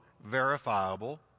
verifiable